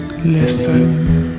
Listen